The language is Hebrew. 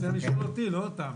אתה צריך לשאול אותי, לא אותם.